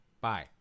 bye